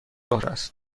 است